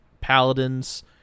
Paladin's